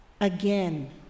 Again